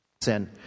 sin